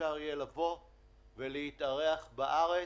שאפשר יהיה להתארח בארץ.